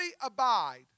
abide